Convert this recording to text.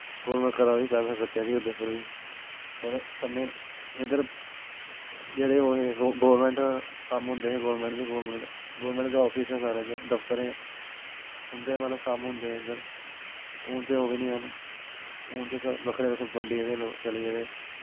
government करा दी पैसा खरचा दी ऐ उद्धर बी पर जेह्ड़े इद्धर गोवरमैंट दे कम्म होंदे हे गोरमैंट दे आफिस न सारे इद्धर दफ्तरें उंदे मतलव कम्म् होंदे ही इद्धर हून ते ओह् बी निं हैन हून ते बक्खरे बक्खरे बंडी गेदे चली गेदे